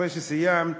אחרי שסיימת,